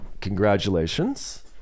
Congratulations